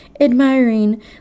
admiring